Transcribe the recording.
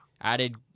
added